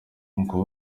uncle